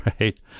right